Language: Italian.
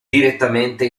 direttamente